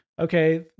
okay